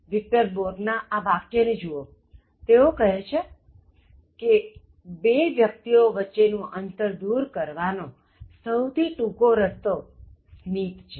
Victor Borge ના આ વાક્ય ને જુવો તેઓ કહે છે કે બે વ્યક્તિ ઓ વચ્ચેનું અંતર દૂર કરવાનો સહુથી ટૂંકો રસ્તો સ્મિત છે